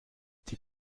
die